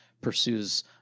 pursues